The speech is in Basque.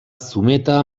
zumeta